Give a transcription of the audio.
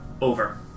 over